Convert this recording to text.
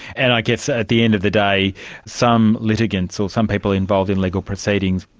and i guess at the end of the day some litigants, or some people involved in legal proceedings,